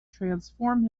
transform